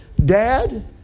dad